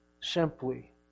Simply